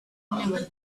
others